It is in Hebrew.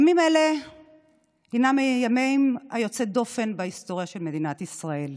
ימים אלה הם ימים יוצאי דופן בהיסטוריה של מדינת ישראל.